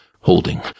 holding